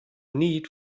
need